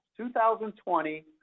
2020